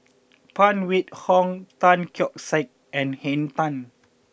Phan Wait Hong Tan Keong Saik and Henn Tan